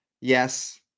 Yes